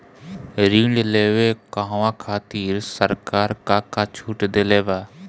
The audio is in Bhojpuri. ऋण लेवे कहवा खातिर सरकार का का छूट देले बा?